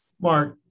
Mark